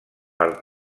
per